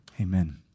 Amen